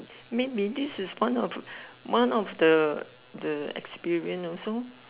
maybe this is one of one of the the experience also